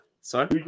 Sorry